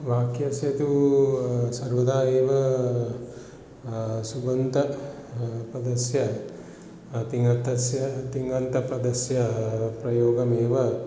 वाक्यस्य तु सर्वदा एव सुबन्तस्य पदस्य तिङ्गन्तस्य तिङ्गन्तपदस्य प्रयोगम् एव